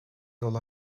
yol